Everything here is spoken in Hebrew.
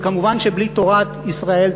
ומובן שבלי תורת ישראל,